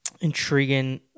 intriguing